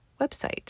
website